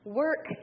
work